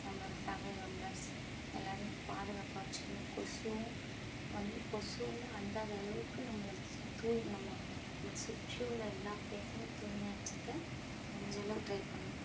நம்மளோடய family members எல்லாரையும் பாதுகாப்பாக வச்சுக்கணும் கொசுவும் வந்து கொசு வந்து அண்டாத அளவுக்கு நம்மளை தூய் நம்மளை சுற்றி உள்ள எல்லா பிளேசையும் தூய்மையாக வச்சுக்க முடிஞ்ச அளவு ட்ரை பண்ணணும்